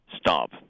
stop